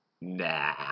nah